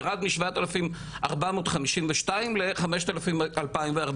ירד משבעת אלפים ארבע מאות חמישים ושתיים לחמשת אלפים 2014,